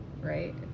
right